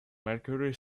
mercury